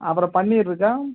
அப்புறம் பன்னீர் இருக்கா